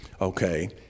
okay